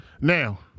Now